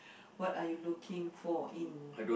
what are you looking for in